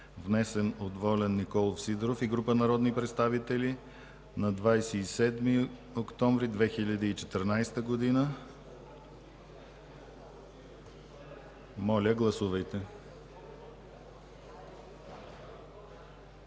внесен от Волен Николов Сидеров и група народни представители на 27 октомври 2014 г.; - с 10 гласа